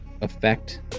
Effect